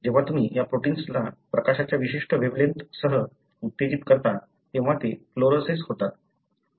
जेव्हा तुम्ही या प्रोटिन्सना प्रकाशाच्या विशिष्ट वेव्हलेन्थसह उत्तेजित करता तेव्हा ते फ्लूरोसेस होतात